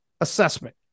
assessment